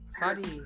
sorry